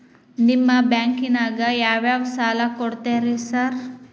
ನಿಮ್ಮ ಬ್ಯಾಂಕಿನಾಗ ಯಾವ್ಯಾವ ಸಾಲ ಕೊಡ್ತೇರಿ ಸಾರ್?